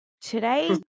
today